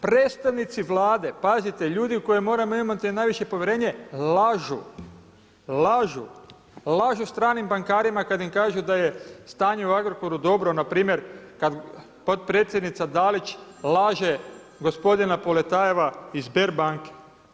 Predstavnici Vlade, pazite ljudi u koje moramo imati najviše povjerenje, lažu, lažu, lažu stranim bankarima kad im kažu da je stanje u Agrokoru dobro, npr. kad potpredsjednica Dalić laže gospodina Poletajeva iz Sberbanke.